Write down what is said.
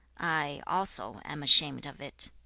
i also am ashamed of it